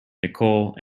nicole